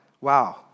wow